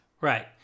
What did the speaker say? Right